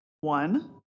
one